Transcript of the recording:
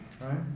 right